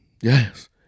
Yes